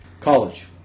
college